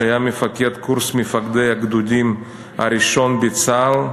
שהיה מפקד קורס מפקדי הגדודים הראשון בצה"ל,